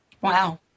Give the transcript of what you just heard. Wow